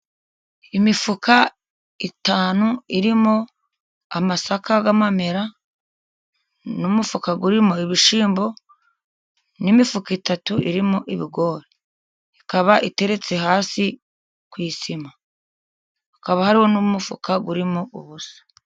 Imifuka itanu irimo amasaka y'amamera n'umufuka urimo ibishyimbo n'imifuka itatu irimo ibigori, ikaba iteretse hasi ku isima, hakaba hariho n'umufuka urimo ubusa.